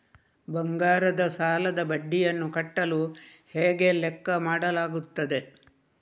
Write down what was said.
ಬಂಗಾರದ ಸಾಲದ ಬಡ್ಡಿಯನ್ನು ಕಟ್ಟಲು ಹೇಗೆ ಲೆಕ್ಕ ಮಾಡಲಾಗುತ್ತದೆ?